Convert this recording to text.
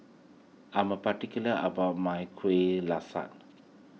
I'm particular about my Kueh Lasat